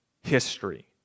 history